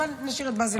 אבל נשאיר את בזל בצד.